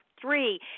three